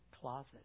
closet